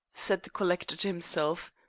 said the collector to himself.